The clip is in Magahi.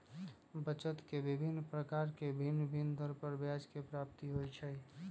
बचत के विभिन्न प्रकार से भिन्न भिन्न दर पर ब्याज के प्राप्ति होइ छइ